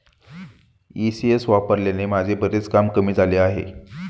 ECS वापरल्याने माझे बरेच काम कमी झाले आहे